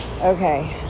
okay